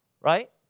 right